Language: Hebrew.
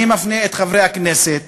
אני מפנה את חברי הכנסת